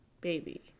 baby